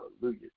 Hallelujah